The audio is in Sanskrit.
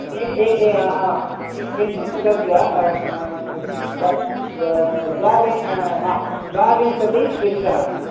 एकम् एकम् एकम् आम् आम् एकम् एकं पुस्तकस्य द द द्वाविंशतिः हा द्वाविंशतिः पृष्ठः अस्ति